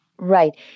Right